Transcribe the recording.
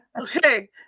Okay